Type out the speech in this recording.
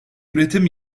üretim